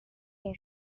area